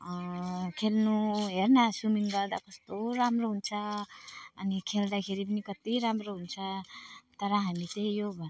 खेल्नु हेर न स्विमिङ गर्दा कस्तो राम्रो हुन्छ अनि खेल्दाखेरि पनि कति राम्रो हुन्छ तर हामी चाहिँ यो